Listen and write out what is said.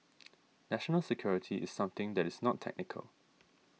national security is something that is not technical